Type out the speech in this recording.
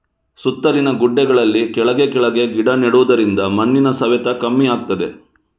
ಸುತ್ತಲಿನ ಗುಡ್ಡೆಗಳಲ್ಲಿ ಕೆಳಗೆ ಕೆಳಗೆ ಗಿಡ ನೆಡುದರಿಂದ ಮಣ್ಣಿನ ಸವೆತ ಕಮ್ಮಿ ಆಗ್ತದೆ